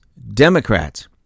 Democrats